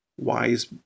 wise